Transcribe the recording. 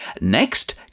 Next